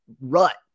rut